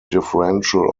differential